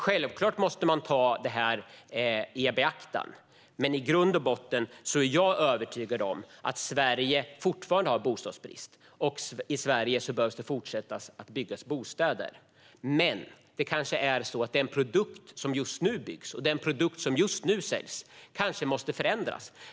Självklart måste man ta detta i beaktande, men jag är övertygad om att Sverige i grund och botten fortfarande har bostadsbrist och om att det även fortsättningsvis behöver byggas bostäder i Sverige. Det kanske är så att den produkt som just nu byggs och den produkt som just nu säljs måste förändras.